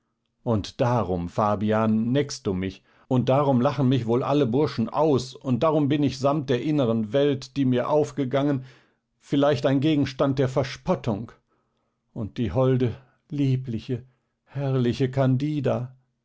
und darum fabian neckst du mich und darum lachen mich wohl alle bursche aus und darum bin ich samt der innern welt die mir aufgegangen vielleicht ein gegenstand der verspottung und die holde liebliche herrliche candida